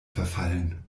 verfallen